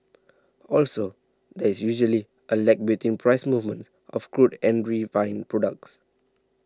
also there is usually a lag between price movements of crude and refined products